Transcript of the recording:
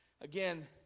again